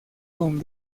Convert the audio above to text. con